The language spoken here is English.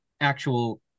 actual